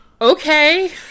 Okay